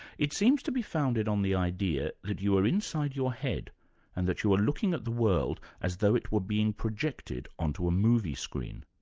it seems to be founded on the idea that you are inside your head and that you are looking at the world as though it was being projected onto a movie screen.